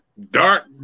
dark